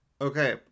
Okay